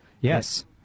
Yes